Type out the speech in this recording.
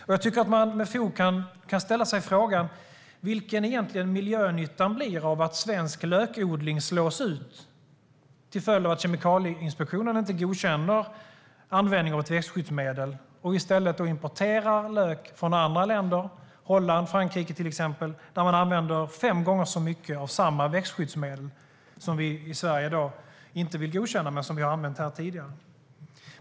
Man kan med fog ställa sig frågan: Vilken blir egentligen miljönyttan av att svensk lökodling slås ut till följd av att Kemikalieinspektionen inte godkänner användningen av ett växtskyddsmedel? I stället importeras lök från andra länder, till exempel Holland och Frankrike, där man använder fem gånger så mycket av samma växtskyddsmedel som vi i Sverige i dag inte vill godkänna men som vi har använt här tidigare.